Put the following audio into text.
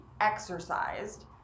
exercised